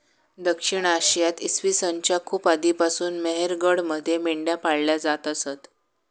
दक्षिण आशियात इसवी सन च्या खूप आधीपासून मेहरगडमध्ये मेंढ्या पाळल्या जात असत